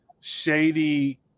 shady